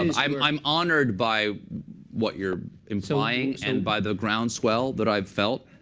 um i'm i'm honored by what you're implying and by the groundswell that i've felt.